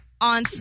on